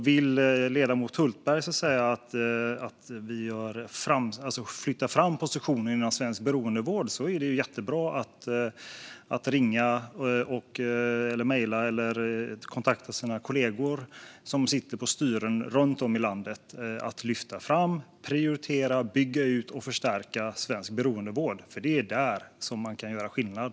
Vill ledamoten Hultberg att vi flyttar fram positionerna inom svensk beroendevård går det alltså jättebra att ringa, mejla eller på annat sätt kontakta de kollegor som sitter på styren runt om i landet och be dem lyfta fram, prioritera, bygga ut och förstärka svensk beroendevård. Det är nämligen där man kan göra skillnad.